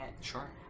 Sure